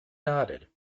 nodded